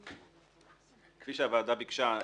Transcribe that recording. כפי שהוועדה ביקשה,